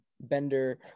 Bender